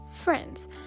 friends